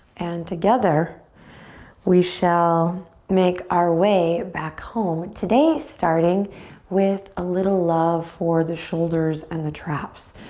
and together we shall make our way back home today starting with a little love for the shoulders and the traps.